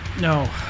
no